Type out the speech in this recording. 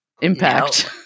impact